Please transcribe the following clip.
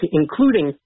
including